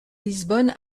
lisbonne